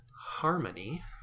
Harmony